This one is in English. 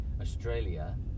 Australia